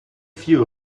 view